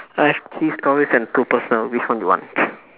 I have three stories and two personal which one you want